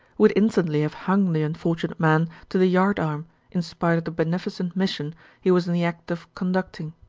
would instantly have hung the unfortunate man to the yardarm in spite of the beneficent mission he was in the act of conducting.